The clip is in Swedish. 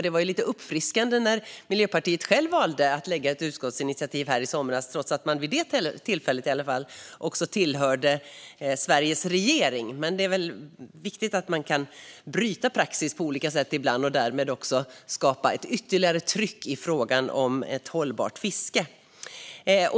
Det var lite uppfriskande när Miljöpartiet självt valde att lägga fram ett utskottsinitiativ i somras, trots att man vid det tillfället tillhörde Sveriges regering. Men det är väl viktigt att man kan bryta praxis ibland och därmed också skapa ett ytterligare tryck i frågan om ett hållbart fiske.